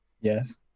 Yes